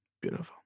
Beautiful